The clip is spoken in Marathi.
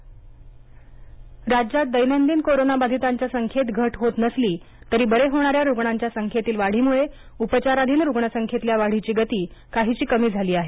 राज्य आकडेवारी राज्यात दैनदिन कोरोनाबाधिताच्या संख्येत घट होत नसली तरी बरे होणाऱ्या रुग्णांच्या संख्येतील वाढीमुळे उपचाराधिन रुग्णसंख्येतल्या वाढीची गती काहीशी कमी झाली आहे